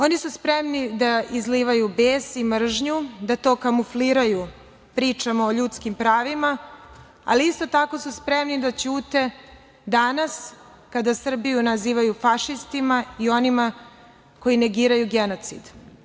Oni su spremni da izlivaju bes i mržnju, da to kamufliraju pričama o ljudskih pravima, ali isto tako su spremni da ćute danas kada Srbiju nazivaju fašistima i onima koji negiraju genocid.